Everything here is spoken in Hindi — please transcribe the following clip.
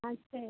अच्छा